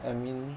I mean